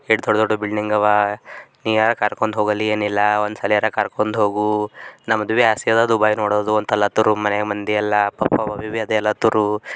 ಎಷ್ಟು ದೊಡ್ದ ದೊಡ್ಡ ಬಿಲ್ಡಿಂಗ್ ಅವಾ ನೀ ಯಾರ ಕರ್ಕೊಂಡು ಹೋಗಲ್ಲಿ ಏನಿಲ್ಲ ಒಂದ್ಸಲಿಯಾರ ಕರ್ಕೊಂಡು ಹೋಗು ನಮ್ದು ಭೀ ಆಸೆಯಿದೆ ದುಬೈ ನೋಡೋದು ಅಂತಲತ್ತರು ಮನೆ ಮಂದಿಯೆಲ್ಲ ಪಾಪ ಲತ್ತ್ರು